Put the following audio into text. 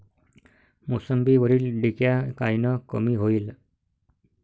मोसंबीवरील डिक्या कायनं कमी होईल?